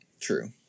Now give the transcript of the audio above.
true